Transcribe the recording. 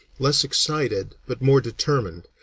less excited but more determined,